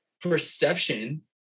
perception